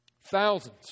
Thousands